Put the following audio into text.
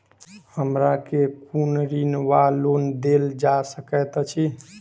हमरा केँ कुन ऋण वा लोन देल जा सकैत अछि?